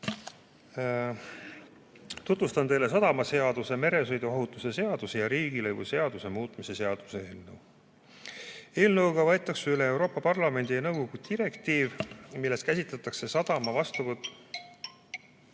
Tutvustan teile sadamaseaduse, meresõiduohutuse seaduse ja riigilõivuseaduse muutmise seaduse eelnõu. Eelnõuga võetakse üle Euroopa Parlamendi ja nõukogu direktiiv, milles käsitletakse sadama vastuvõtuseadmeid